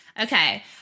Okay